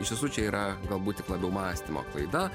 iš tiesų čia yra galbūt tik labiau mąstymo klaida